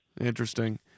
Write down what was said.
Interesting